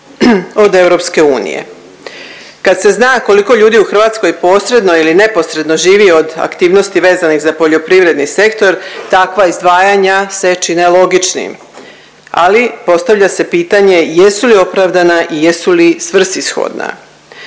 duplo više od EU. Kad se zna koliko ljudi u Hrvatskoj posredno ili neposredno živi od aktivnosti vezanih za poljoprivredni sektor takva izdvajanja se čine logičnim, ali postavlja se pitanje jesu li opravdana i jesu li svrsishodna?